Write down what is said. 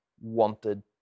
wanted